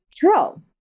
Girl